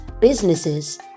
businesses